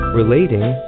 relating